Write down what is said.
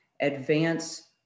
advance